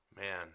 man